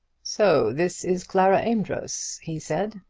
so this is clara amedroz, he said.